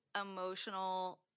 emotional